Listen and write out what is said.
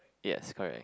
yes correct